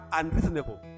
unreasonable